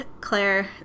Claire